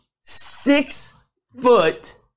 six-foot